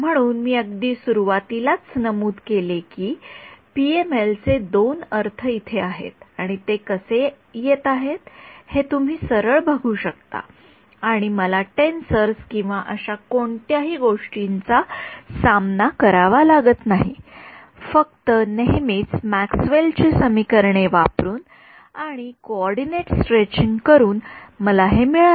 म्हणून मी अगदी सुरुवातीलाच नमूद केले होते की पीएमएल चे हे दोन अर्थ येथे आहेत आणि ते कसे येत आहे हे तुम्ही सरळ बघू शकता आणि मला टेन्सर किंवा अशा कोणत्याही गोष्टींचा सामना करावा लागला नाही फक्त नेहमीची मॅक्सवेलची समीकरणे वापरून आणि कोऑर्डिनेट स्ट्रेचिंग करून मला हे मिळाले